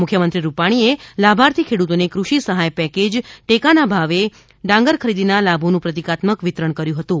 મુખ્યમંત્રી રૂપાણીએ લાભાર્થી ખેડૂતોને કૃષિ સહાય પેકેજ ટેકાના ભાવે ડાંગર ખરીદીના લાભોનું પ્રતિકાત્મક વિતરણ કર્થુ હતુ